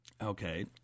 Okay